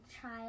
try